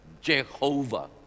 Jehovah